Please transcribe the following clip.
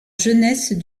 jeunesse